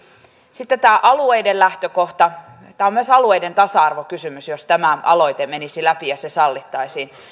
sitten tämä alueiden lähtökohta tämä on myös alueiden tasa arvokysymys jos tämä aloite menisi läpi ja se sallittaisiin